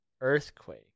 Earthquake